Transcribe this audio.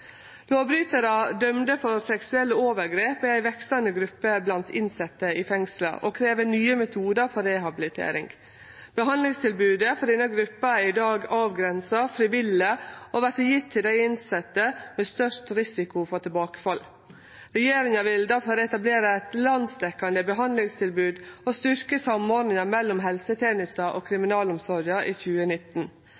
Lovbrytarar dømde for seksuelle overgrep, er ei veksande gruppe blant innsette i fengsla, noko som krev nye metodar for rehabilitering. Behandlingstilbodet for denne gruppa er i dag avgrensa, frivillig og vert gitt til dei innsette med størst risiko for tilbakefall. Regjeringa vil difor etablere eit landsdekkjande behandlingstilbod og styrkje samordninga mellom helsetenesta og